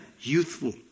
Youthful